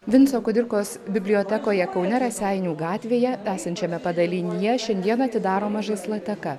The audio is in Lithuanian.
vinco kudirkos bibliotekoje kaune raseinių gatvėje esančiame padalinyje šiandieną atidaroma žaisloteka